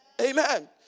Amen